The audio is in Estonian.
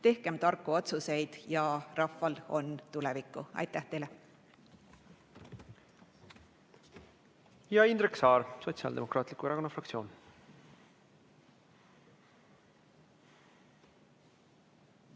Tehkem tarku otsuseid, ja rahval on tulevikku! Aitäh teile! Indrek Saar, Sotsiaaldemokraatliku Erakonna fraktsiooni